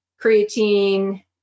creatine